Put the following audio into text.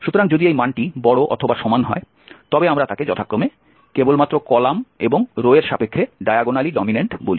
সুতরাং যদি এই মানটি বড় অথবা সমান হয় তবে আমরা তাকে যথাক্রমে কেবলমাত্র কলাম এবং রো এর সাপেক্ষে ডায়াগোনালি ডমিন্যান্ট বলি